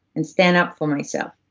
and stand up for myself.